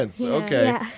Okay